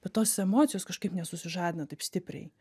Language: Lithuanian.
bet tos emocijos kažkaip nesusižadina taip stipriai